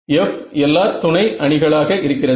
F எல்லா துணை அணிகளாக இருக்கிறது